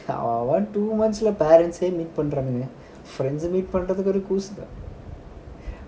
அதுலாம்:adhulam two months parents meet பன்றானுங்க:panranunga friends meet பண்றதுக்கு எதுக்கு அவரசம்:panrathuku edhuku avasaram